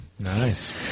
Nice